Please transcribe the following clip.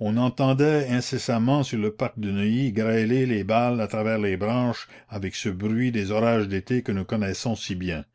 on entendait incessamment sur le parc de neuilly grêler les balles à travers les branches avec ce bruit des orages d'été que nous connaissons si bien